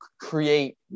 create